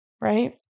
right